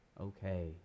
okay